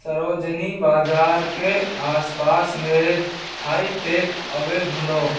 सरोजनी बाजार के आसपास मेरे थाई टेकअवे ढूंढो